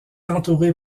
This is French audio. entouré